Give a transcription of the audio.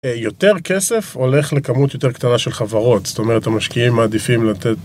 יותר כסף הולך לכמות יותר קטנה של חברות, זאת אומרת המשקיעים מעדיפים לתת...